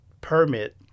permit